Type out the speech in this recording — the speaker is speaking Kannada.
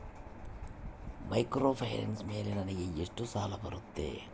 ಮೈಕ್ರೋಫೈನಾನ್ಸ್ ಮೇಲೆ ನನಗೆ ಎಷ್ಟು ಸಾಲ ಬರುತ್ತೆ?